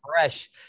fresh